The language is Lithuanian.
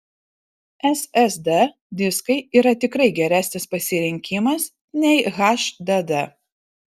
ssd diskai yra tikrai geresnis pasirinkimas nei hdd